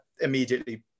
immediately